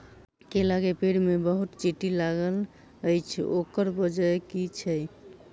केला केँ पेड़ मे बहुत चींटी लागल अछि, ओकर बजय की छै?